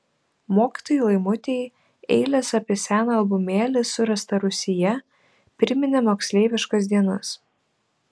mokytojai laimutei eilės apie seną albumėlį surastą rūsyje priminė moksleiviškas dienas